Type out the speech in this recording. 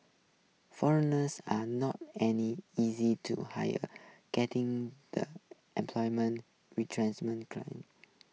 foreigners are not any easy to hire getting the employment climate